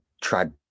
tried